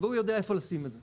והוא יודע איפה לשים את זה.